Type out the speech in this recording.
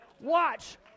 Watch